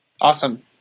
Awesome